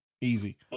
easy